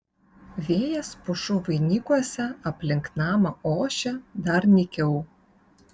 vėjas pušų vainikuose aplink namą ošė dar nykiau